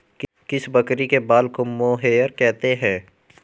किस बकरी के बाल को मोहेयर कहते हैं?